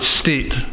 state